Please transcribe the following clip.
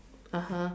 (uh huh)